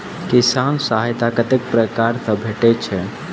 किसान सहायता कतेक पारकर सऽ भेटय छै?